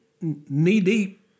knee-deep